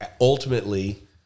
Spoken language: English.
ultimately